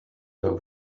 over